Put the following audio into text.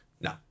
no